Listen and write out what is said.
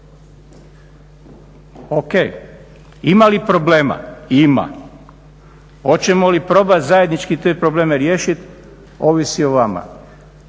Ok, ima li problem? Ima. Hoćemo li probati zajednički te probleme riješiti? Ovisi o vama.